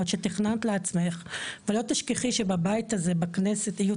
שתכננת לעצמך ולא תשכחי שבבית הזה בכנסת יהיו